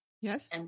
Yes